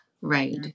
Right